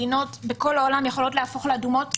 מדינות בכל העולם יכולות להפוך לאדומות ככה.